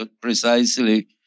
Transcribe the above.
precisely